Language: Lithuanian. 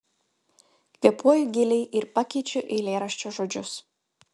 kvėpuoju giliai ir pakeičiu eilėraščio žodžius